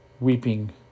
weeping